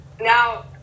Now